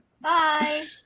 Bye